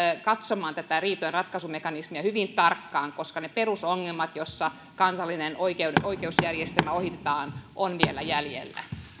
katsomaan tätä riitojenratkaisumekanismia hyvin tarkkaan koska ne perusongelmat joissa kansallinen oikeusjärjestelmä ohitetaan ovat vielä jäljellä